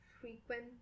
frequent